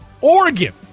Oregon